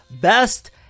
best